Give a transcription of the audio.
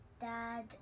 dad